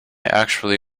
actually